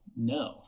No